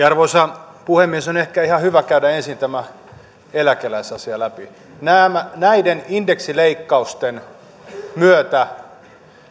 arvoisa puhemies on ehkä ihan hyvä käydä ensin tämä eläkeläisasia läpi näiden indeksileikkausten myötä